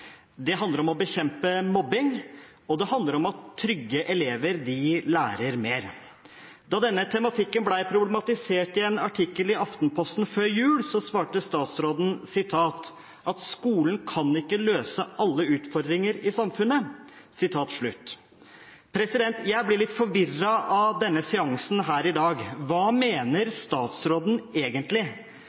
Det handler om å bekjempe mobbing, og det handler om at trygge elever lærer mer. Da denne tematikken ble problematisert i en artikkel i Aftenposten før jul, svarte statsråden: «Skolen kan ikke løse alle utfordringer i samfunnet.» Jeg blir litt forvirret av denne seansen her i dag. Hva mener statsråden egentlig?